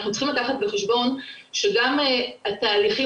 אנחנו צריכים לקחת בחשבון שגם התהליכים